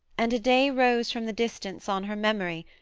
and a day rose from the distance on her memory,